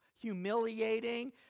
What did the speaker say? humiliating